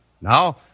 Now